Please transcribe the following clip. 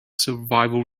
survival